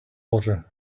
water